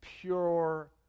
pure